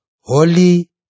holy